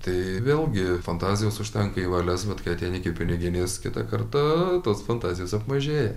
tai vėlgi fantazijos užtenka į valias bet kai ateini iki piniginės kitą kartą tos fantazijos apmažėja